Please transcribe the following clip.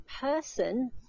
person